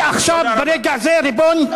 אני עכשיו, ברגע זה, ריבון.